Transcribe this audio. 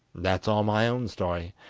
that's all my own story,